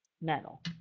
metal